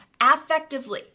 affectively